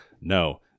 No